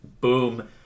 boom